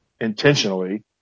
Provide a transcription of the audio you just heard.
intentionally